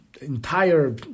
entire